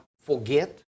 forget